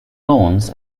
lawns